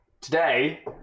Today